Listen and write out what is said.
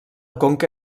conca